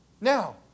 Now